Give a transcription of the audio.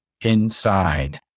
inside